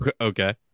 Okay